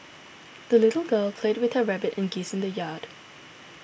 the little girl played with her rabbit and geese in the yard